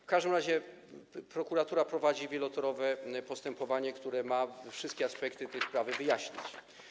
W każdym razie prokuratura prowadzi wielotorowe postępowanie, które ma wszystkie aspekty tej sprawy wyjaśnić.